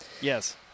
Yes